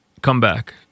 comeback